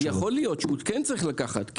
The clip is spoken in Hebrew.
יכול להיות שהוא כן צריך לקחת.